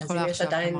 את יכולה עכשיו.